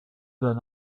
than